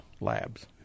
labs